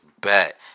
back